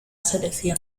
selección